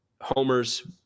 homers